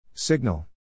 Signal